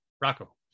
Rocco